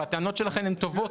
והטענות שלכם הן טובות,